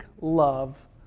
love